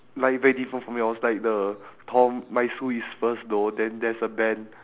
like very different from yours like the tom my sue is first though then there's a ben